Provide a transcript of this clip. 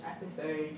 episode